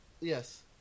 Yes